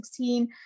2016